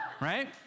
Right